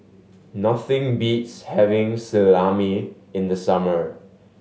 nothing beats having Salami in the summer